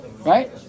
right